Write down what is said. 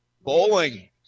Bowling